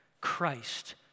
Christ